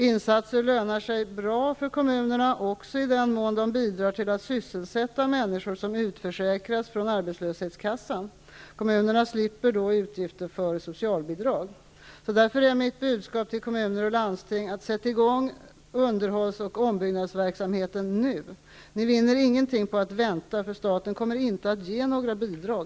Insatser lönar sig bra för kommunerna också i den mån de bidrar till att sysselsätta människor som utförsäkrats från arbetslöshetskassan. Kommunerna slipper därmed utgifter för socialbidrag. Därför är mitt budskap till kommuner och landsting: Sätt i gång underhålls och ombyggnadsverksamheten nu! Ni vinner inget på att vänta, för staten kommer inte att ge några bidrag.